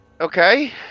Okay